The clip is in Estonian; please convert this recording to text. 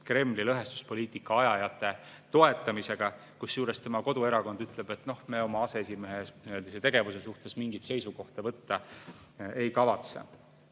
Kremli lõhestuspoliitika ajajate toetamisega, kusjuures tema koduerakonna liikmed ütlevad, et nad oma aseesimehe tegevuse suhtes mingit seisukohta võtta ei kavatse.